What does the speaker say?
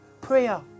prayer